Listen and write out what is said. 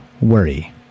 worry